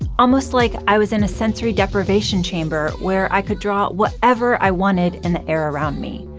almost like i was in a sensory deprivation chamber where i could draw whatever i wanted in the air around me.